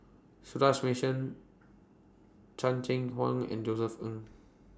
Sundaresh Menon Chan Chang How and Josef Ng